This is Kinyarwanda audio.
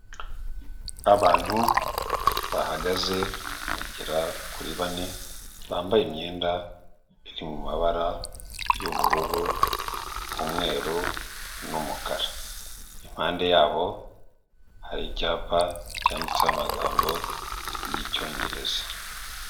Abantu bahagaze bagera kuri bane bambaye imyenda iri mu mabara y'ubururu, umweru n'umukara, impande yabo hari icyapa cyanditseho amagambo y'Icyongereza.